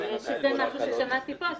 שזה משהו ששמעתי פה,